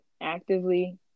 actively